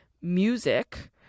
music